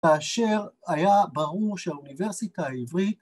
‫כאשר היה ברור שהאוניברסיטה העברית...